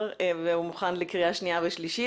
פה אחד והוא מוכן לקריאה שנייה ושלישית.